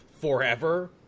forever